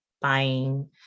buying